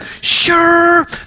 sure